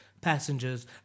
passengers